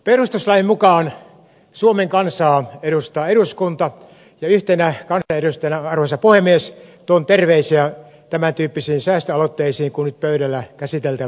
perustuslain mukaan suomen kansaa edustaa eduskunta ja yhtenä kansanedustajana arvoisa puhemies tuon terveisiä tämäntyyppisiin säästöaloitteisiin kuin mitä nyt käsiteltävä asia edustaa